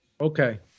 Okay